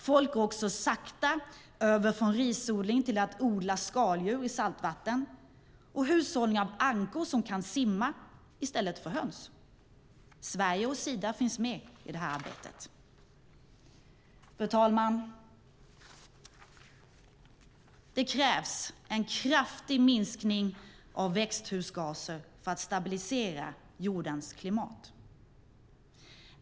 Folk går också sakta över från risodling till skaldjursodling i saltvatten och till hushållning av ankor som kan simma i stället för höns. Sverige och Sida finns med i det här arbetet. Fru talman! Det krävs en kraftig minskning av växthusgaser för att stabilisera jordens klimat.